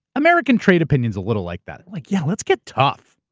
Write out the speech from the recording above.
american trade opinion's a little like that. like, yeah, let's get tough.